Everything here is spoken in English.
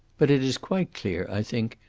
but it is quite clear, i think,